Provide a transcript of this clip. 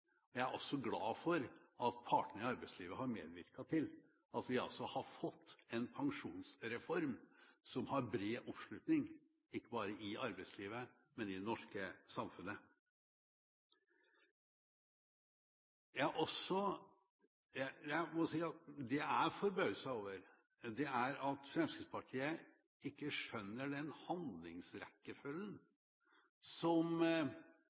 er jeg glad for. Jeg er også glad for at partene i arbeidslivet har medvirket til at vi har fått en pensjonsreform som har bred oppslutning, ikke bare i arbeidslivet, men i det norske samfunnet. Det jeg er forbauset over, er at Fremskrittspartiet ikke skjønner den handlingsrekkefølgen som